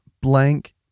blank